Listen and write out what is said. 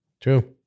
true